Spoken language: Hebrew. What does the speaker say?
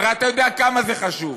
הרי אתה יודע כמה זה חשוב.